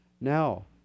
Now